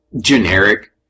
generic